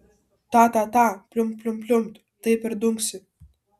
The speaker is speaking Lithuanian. ta ta ta pliumpt pliumpt pliumpt taip ir dunksi